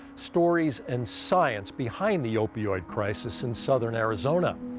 stories and science behind the opioid crisis in southern arizona.